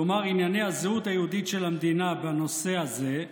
כלומר ענייני הזהות היהודית של המדינה בנושא הזה,